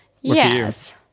Yes